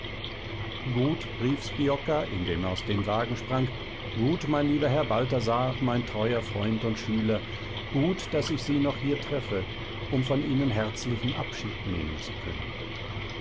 gut rief sbiocca indem er aus dem wagen sprang gut mein lieber herr balthasar mein teurer freund und schüler gut daß ich sie noch hier treffe um von ihnen herzlichen abschied nehmen zu können